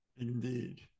Indeed